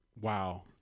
Wow